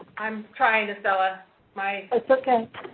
i'm trying, estella, my. that's okay. it